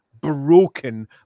broken